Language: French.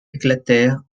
éclatèrent